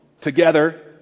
together